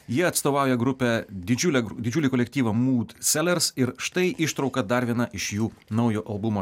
jie atstovauja grupę didžiulę didžiulį kolektyvą mūd selers ir štai ištrauka dar vena iš jų naujo albumo